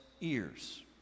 ears